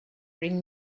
bring